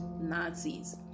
nazis